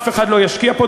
אף אחד לא ישקיע פה.